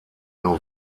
nur